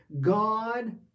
God